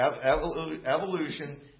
Evolution